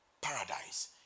Paradise